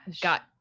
got